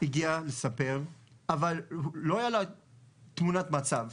הגיע ומספר אבל הוא לא הראה תמונת מצב,